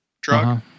drug